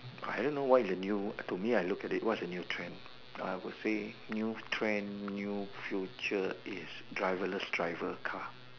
I don't know what is the new to me I look at is what is the new trend I would say new trend new future is driver less driver car